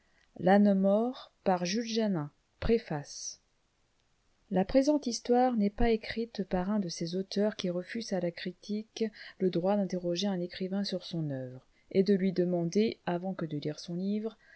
frontispice préface la présente histoire n'est pas écrite par un de ces auteurs qui refusent à la critique le droit d'interroger un écrivain sur son oeuvre et de lui demander avant que de lire son livre